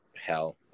hell